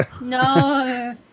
No